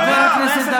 חברי הכנסת.